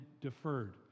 deferred